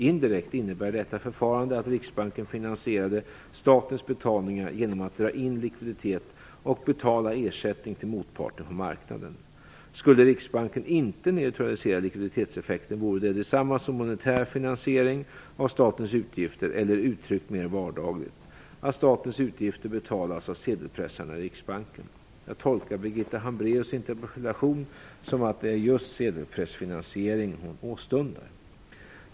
Indirekt innebar detta förfarande att Riksbanken finansierade statens betalningar genom att dra in likviditet och betala ersättning till motparterna på marknaden. Skulle Riksbanken inte neutralisera likviditetseffekten vore det detsamma som monetär finansiering av statens utgifter, eller uttryckt mer vardagligt, att statens utgifter betalades av sedelpressarna i Riksbanken. Jag tolkar Birgitta Hambraeus interpellation som att det är just sedelpressfinansiering hon åstundar.